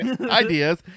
ideas